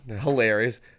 Hilarious